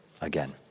again